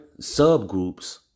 subgroups